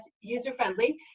user-friendly